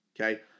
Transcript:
okay